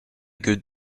good